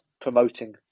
promoting